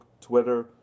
Twitter